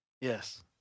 Yes